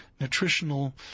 nutritional